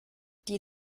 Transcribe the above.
die